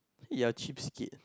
you're cheapskate